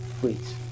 Please